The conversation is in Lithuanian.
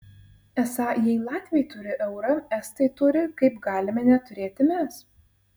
esą jei latviai turi eurą estai turi kaip galime neturėti mes